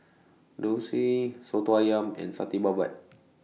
Dosa Soto Ayam and Satay Babat